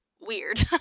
weird